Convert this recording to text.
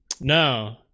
No